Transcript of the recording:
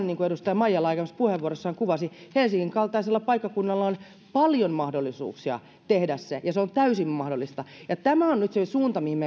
niin kuin edustaja maijala aiemmassa puheenvuorossaan kuvasi helsingin kaltaisella paikkakunnalla on paljon mahdollisuuksia tehdä se ja se on täysin mahdollista tämä on nyt se suunta mihin